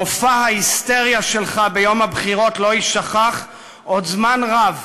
מופע ההיסטריה שלך ביום הבחירות לא יישכח עוד זמן רב,